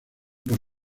por